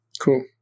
Cool